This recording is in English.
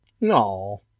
No